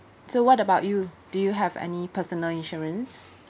so what about you do you have any personal insurance